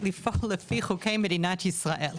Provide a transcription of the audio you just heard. לפי חוקי מדינת ישראל.